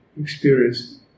experience